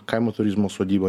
kaimo turizmo sodybą